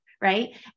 right